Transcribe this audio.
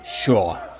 Sure